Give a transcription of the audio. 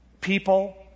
people